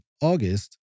August